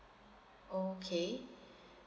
okay